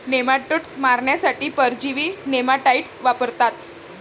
nematodes मारण्यासाठी परजीवी nematicides वापरतात